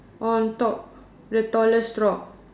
on top the tallest rock